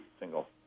single